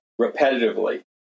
repetitively